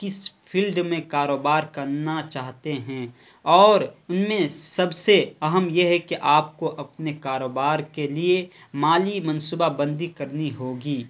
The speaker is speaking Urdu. کس فیلڈ میں کاروبار کرنا چاہتے ہیں اور ان میں سب سے اہم یہ ہے کہ آپ کو اپنے کاروبار کے لیے مالی منصوبہ بندی کرنی ہوگی